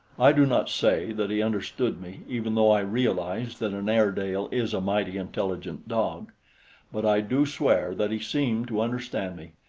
i do not say that he understood me, even though i realize that an airedale is a mighty intelligent dog but i do swear that he seemed to understand me,